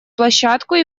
площадку